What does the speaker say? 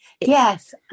Yes